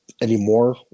anymore